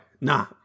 nah